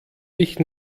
mich